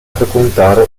frequentare